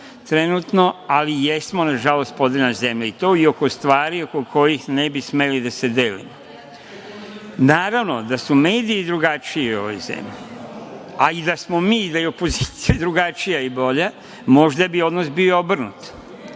trenutna, ali jesmo, nažalost, podeljena zemlja, i to oko stvari oko kojih ne bi smeli da se delimo. Naravno, da su mediji drugačiji u ovoj zemlji, a i da smo mi, da je opozicija drugačija i bolja, možda bi odnos bio obrnut.